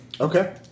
Okay